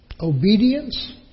Obedience